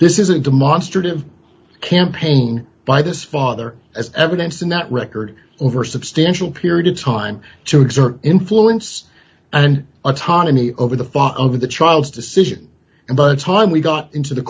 this isn't demonstrative campaign by this father as evidence in that record over substantial period of time to exert influence and autonomy over the fought over the child's decision and the time we got into the